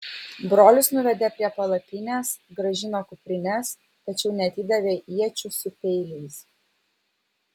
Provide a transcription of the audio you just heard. brolius nuvedė prie palapinės grąžino kuprines tačiau neatidavė iečių su peiliais